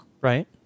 Right